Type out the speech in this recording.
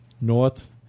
North